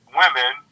women